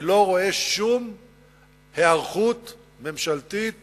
ואני לא רואה שום היערכות ממשלתית